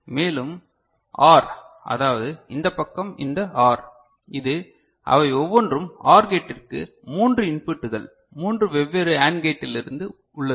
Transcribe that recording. மேலும் இந்த OR அதாவது இந்த பக்கம் இந்த OR இது அவை ஒவ்வொன்றும் OR கேட்டிற்கு மூன்று இன்புட்டுகள் மூன்று வெவ்வேறு AND கேட்டிலிருந்து உள்ளது